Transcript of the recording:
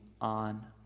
on